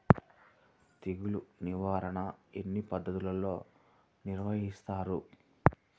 తెగులు నిర్వాహణ ఎన్ని పద్ధతులలో నిర్వహిస్తారు?